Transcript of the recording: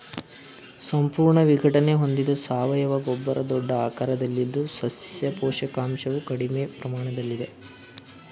ಸಂಪೂರ್ಣ ವಿಘಟನೆ ಹೊಂದಿದ ಸಾವಯವ ಗೊಬ್ಬರ ದೊಡ್ಡ ಆಕಾರದಲ್ಲಿದ್ದು ಸಸ್ಯ ಪೋಷಕಾಂಶವು ಕಡಿಮೆ ಪ್ರಮಾಣದಲ್ಲಿದೆ